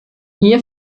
hier